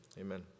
Amen